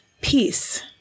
peace